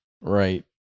right